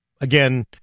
again